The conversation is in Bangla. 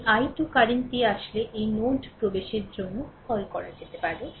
এই i2 কারেন্টটি আসলে এই নোডে প্রবেশের জন্য কল করতে পারে